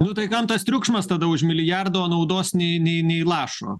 nu tai kam tas triukšmas tada už milijardą o naudos nei nei lašo